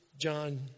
John